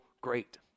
great